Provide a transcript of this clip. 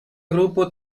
grupo